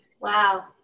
Wow